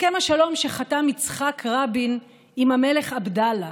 הסכם השלום שחתם יצחק רבין עם המלך עבדאללה,